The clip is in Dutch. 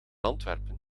antwerpen